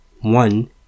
one